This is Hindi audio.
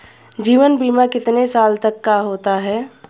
जीवन बीमा कितने साल तक का होता है?